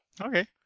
Okay